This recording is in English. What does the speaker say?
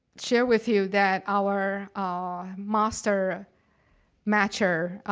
share with you that our ah master matcher,